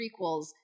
prequels